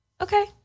Okay